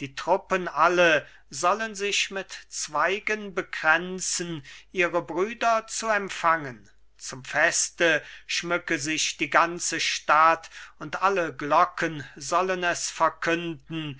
die truppen alle sollen sich mit zweigen bekränzen ihre brüder zu empfangen zum feste schmücke sich die ganze stadt und alle glocken sollen es verkünden